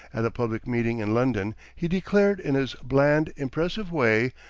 at a public meeting in london he declared in his bland, impressive way,